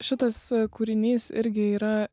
šitas kūrinys irgi yra